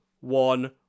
one